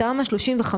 בתמ"א 35,